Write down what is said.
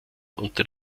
unter